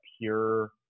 pure